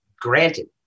granted